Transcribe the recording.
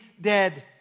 dead